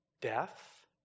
death